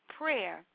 prayer